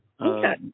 Okay